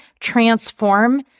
transform